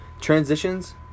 Transitions